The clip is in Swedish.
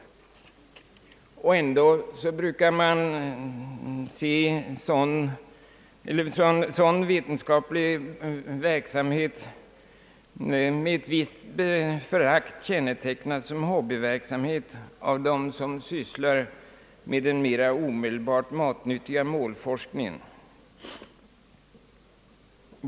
Och ändå brukar sådan vetenskaplig verksamhet med ett visst förakt kännetecknas som hobbyverksamhet av dem som sysslar med den mera omedelbara matnyttiga målforskningen.